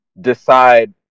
decide